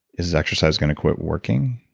is is exercise going to quit working?